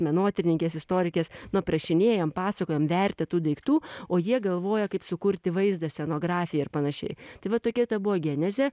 menotyrininkės istorikės nu aprašinėjam pasakojam vertę tų daiktų o jie galvoja kaip sukurti vaizdą scenografiją ir panašiai tai va tokia ta buvo genezė